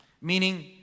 meaning